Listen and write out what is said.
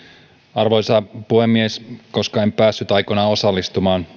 arvoisa puhemies koska en päässyt aikoinaan osallistumaan